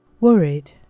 Worried